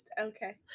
okay